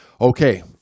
Okay